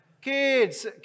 Kids